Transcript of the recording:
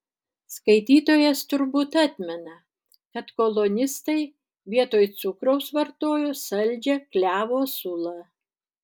skaitytojas turbūt atmena kad kolonistai vietoj cukraus vartojo saldžią klevo sulą